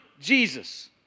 Jesus